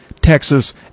Texas